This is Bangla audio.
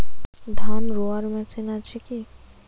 ধান রোয়ার মেশিন আছে কি?